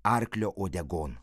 arklio uodegon